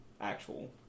actual